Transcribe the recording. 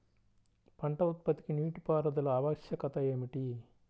పంట ఉత్పత్తికి నీటిపారుదల ఆవశ్యకత ఏమిటీ?